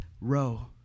row